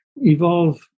evolve